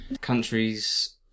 countries